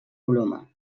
coloma